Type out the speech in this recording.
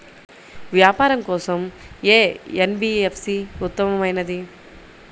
వ్యాపారం కోసం ఏ ఎన్.బీ.ఎఫ్.సి ఉత్తమమైనది?